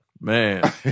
Man